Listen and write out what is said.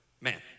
man